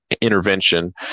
intervention